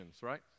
right